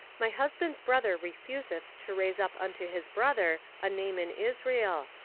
my husband's brother refuseth to raise up unto his brother a name in israel,